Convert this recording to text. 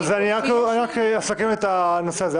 אסכם את הנושא הזה.